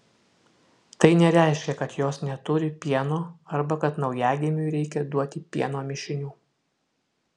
tai nereiškia kad jos neturi pieno arba kad naujagimiui reikia duoti pieno mišinių